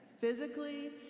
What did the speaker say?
Physically